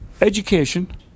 education